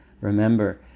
remember